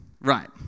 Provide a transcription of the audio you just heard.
Right